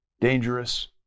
dangerous